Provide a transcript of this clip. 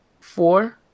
four